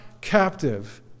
captive